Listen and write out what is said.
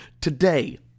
today